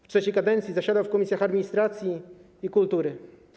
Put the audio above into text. W III kadencji zasiadał w komisjach administracji i kultury.